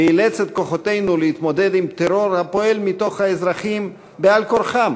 ואילץ את כוחותינו להתמודד עם טרור הפועל מקרב האזרחים בעל-כורחם,